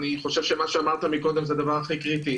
אני חושב שמה שאמרת מקודם זה הדבר הכי קריטי.